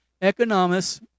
Economists